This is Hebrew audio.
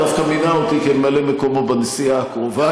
הוא דווקא מינה אותי לממלא מקומו בנסיעה הקרובה,